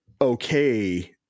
okay